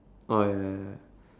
oh ya ya ya